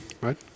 right